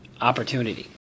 opportunity